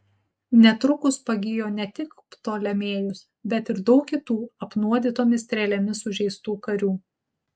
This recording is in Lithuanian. netrukus pagijo ne tik ptolemėjus bet ir daug kitų apnuodytomis strėlėmis sužeistų karių